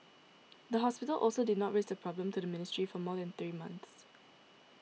the hospital also did not raise the problem to the ministry for more than three months